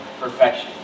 perfection